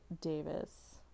Davis